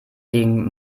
gegen